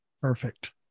Perfect